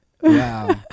Wow